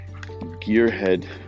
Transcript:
Gearhead